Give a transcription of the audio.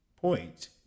point